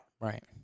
Right